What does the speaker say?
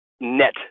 net